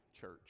church